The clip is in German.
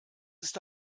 ist